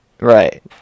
right